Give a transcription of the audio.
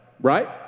right